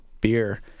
beer